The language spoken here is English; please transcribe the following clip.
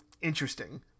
interesting